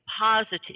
positive